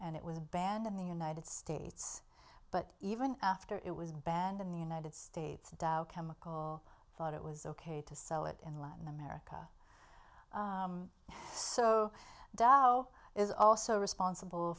and it was banned in the united states but even after it was banned in the united states the dow chemical thought it was ok to sell it in latin america so is also responsible